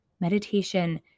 Meditation